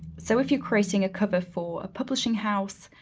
so if you're creating a cover for a publishing house,